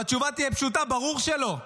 והתשובה תהיה פשוטה: ברור שלא,